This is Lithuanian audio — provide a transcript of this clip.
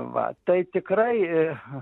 va tai tikrai